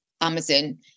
Amazon